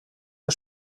der